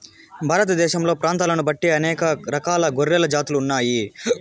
భారతదేశంలో ప్రాంతాలను బట్టి అనేక రకాల గొర్రెల జాతులు ఉన్నాయి